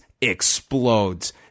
explodes